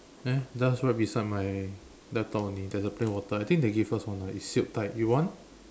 there just right besides my laptop only there's a plain water I think they give us one ah it's sealed tight you want